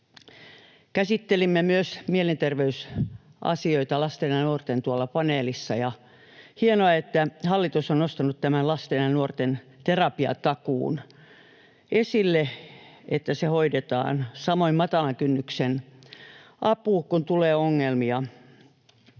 nuorten mielenterveysasioita tuolla paneelissa. Hienoa, että hallitus on nostanut esille tämän lasten ja nuorten terapiatakuun: se hoidetaan, samoin matalan kynnyksen apu, kun tulee ongelmia.